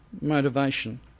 motivation